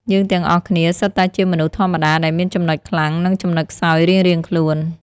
យើងទាំងអស់គ្នា សុទ្ធតែជាមនុស្សធម្មតាដែលមានចំណុចខ្លាំង និងចំណុចខ្សោយរៀងៗខ្លួន។